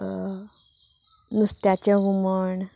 नुस्त्याचें हुमण